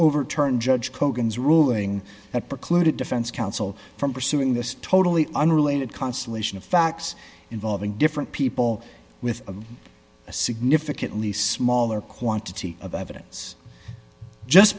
overturn judge kogan is ruling that precluded defense counsel from pursuing this totally unrelated constellation of facts involving different people with a significantly smaller quantity of evidence just